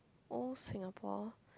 old Singapore